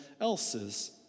else's